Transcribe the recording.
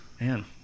Man